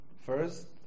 first